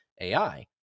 AI